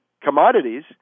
commodities